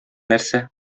нәрсә